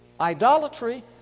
Idolatry